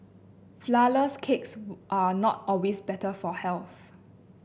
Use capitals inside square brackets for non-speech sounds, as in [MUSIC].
flourless cakes [UNINTELLIGIBLE] are not always better for health